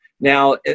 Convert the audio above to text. Now